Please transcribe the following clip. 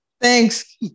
Thanks